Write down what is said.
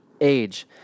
age